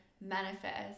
manifest